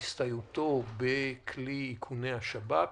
בהסתייעותו בכלי איכוני השב"כ.